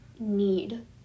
need